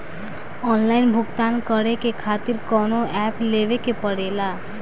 Online भुगतान करके के खातिर कौनो ऐप लेवेके पड़ेला?